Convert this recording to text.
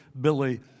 Billy